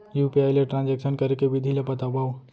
UPI ले transaction करे के विधि ला बतावव?